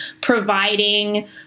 providing